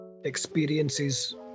experiences